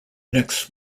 next